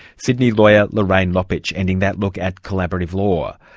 sydney lawyer, lorainne lopich, ending that look at collaborative law.